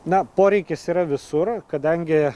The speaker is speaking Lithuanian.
na poreikis yra visur kadangi